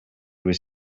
was